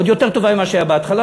עוד יותר טובה ממה שהיה בהתחלה,